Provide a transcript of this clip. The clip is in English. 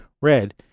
red